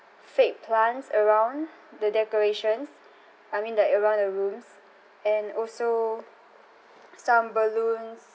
fake plants around the decorations I mean like around the rooms and also some balloons